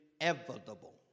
inevitable